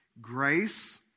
Grace